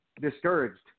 discouraged